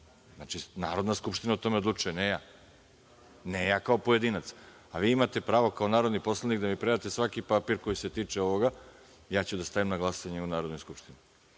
onda? Narodna skupština o tome odlučuje, a ne ja, kao pojedinac. Vi imate pravo, kao narodni poslanik, da mi predate svaki papir koji se tiče ovoga, ja ću da stavim na glasanje u Narodnoj skupštini